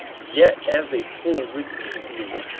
yet as a fool receive me,